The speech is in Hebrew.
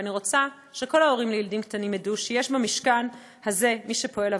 ואני רוצה שכל ההורים לילדים קטנים ידעו: יש במשכן הזה מי שפועל עבורכם.